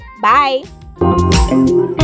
bye